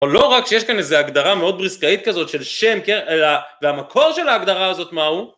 או לא רק שיש כאן איזו הגדרה מאוד בריסקאית כזאת של שם קר, אלא והמקור של ההגדרה הזאת מה הוא?